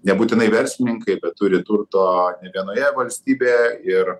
nebūtinai verslininkai bet turi turto vienoje valstybėje ir